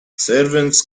servants